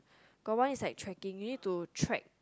got one is tracking so you need to track